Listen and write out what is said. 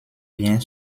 vient